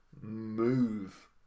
move